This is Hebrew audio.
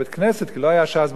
כי לא היה ש"ס בכל בית,